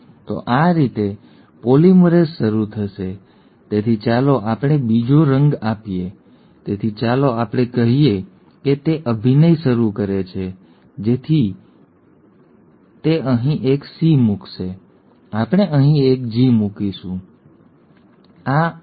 તો આ રીતે પોલિમરેઝ શરૂ થશે તેથી ચાલો આપણે બીજો રંગ આપીએ તેથી ચાલો આપણે કહીએ કે તે અભિનય શરૂ કરે છે જેથી તે અહીં એક સી મૂકશે આપણે અહીં એક G મૂકીશું તે અહીં A છે અને ફરીથી A છે